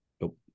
nope